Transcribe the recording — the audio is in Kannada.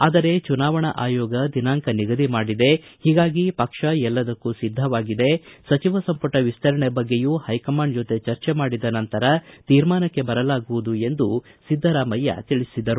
ಆದರೆ ಚುನಾವಣಾ ಆಯೋಗ ದಿನಾಂಕ ನಿಗದಿ ಮಾಡಿದೆ ಹೀಗಾಗಿ ಪಕ್ಷ ಎಲ್ಲದಕ್ಕೂ ಸಿದ್ದವಾಗಿದೆ ಸಚಿವ ಸಂಪುಟ ವಿಸ್ತರಣೆ ಬಗ್ಗೆಯೂ ಹೈ ಕಮಾಂಡ್ ಜೊತೆ ಚರ್ಜೆ ಮಾಡಿದ ನಂತರ ತೀರ್ಮಾನಕ್ಕೆ ಬರಲಾಗುವುದು ಎಂದು ಸಿದ್ದರಾಮಯ್ಯ ಹೇಳಿದರು